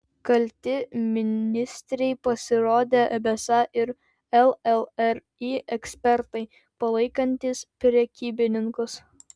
kalti ministrei pasirodė besą ir llri ekspertai palaikantys prekybininkus